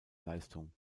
leistung